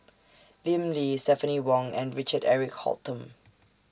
Lim Lee Stephanie Wong and Richard Eric Holttum